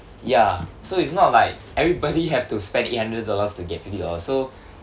ya so it's not like everybody have to spend eight hundred dollars to get fifty dollars so